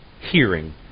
hearing